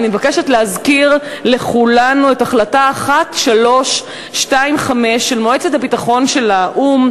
ואני מבקשת להזכיר לכולנו את החלטה 1325 של מועצת הביטחון של האו"ם,